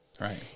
Right